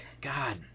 God